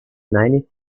ninety